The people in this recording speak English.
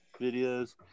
videos